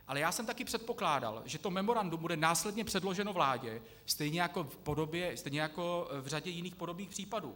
Ale já jsem taky předpokládal, že to memorandum bude následně předloženo vládě stejně jako v řadě jiných podobných případů.